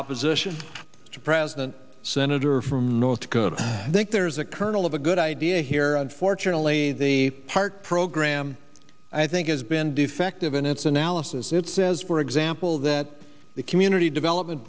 opposition to president senator from north dakota i think there's a kernel of a good idea here unfortunately the part program i think has been defective in its analysis it says for example that the community development